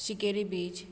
Shinkeri beach